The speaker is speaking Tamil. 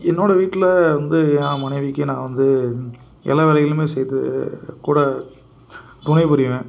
என்னோட வீட்டில் வந்து நான் மனைவிக்கு நான் வந்து எல்லாம் வேலைகளுமே செய்து கூட துணைபுரிவேன்